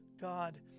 God